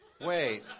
wait